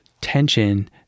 tension